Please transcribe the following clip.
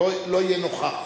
לא יהיה נוכח.